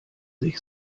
sich